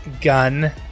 gun